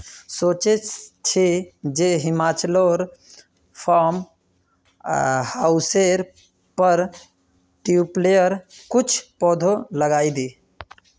सोचे छि जे हिमाचलोर फार्म हाउसेर पर ट्यूलिपेर कुछू पौधा लगइ दी